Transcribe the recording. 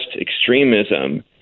extremism